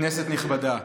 כנסת נכבדה,